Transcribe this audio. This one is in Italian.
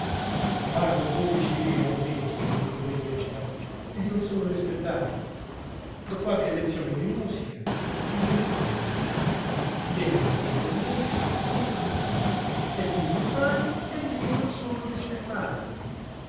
pago dodici lire al mese amico pelletta e non sono rispettato do qualche lezione di musica e non mi pagano viene la fine del mese e io non pago e più non pago e meno sono rispettato